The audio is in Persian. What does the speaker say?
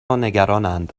نگرانند